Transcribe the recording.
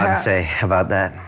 say about that.